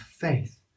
faith